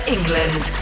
England